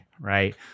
right